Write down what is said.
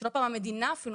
שלא פעם אפילו המדינה מגבה,